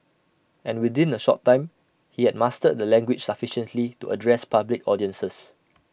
and within A short time he had mastered the language sufficiently to address public audiences